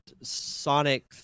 Sonic